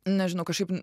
nežinau kažkaip